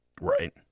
Right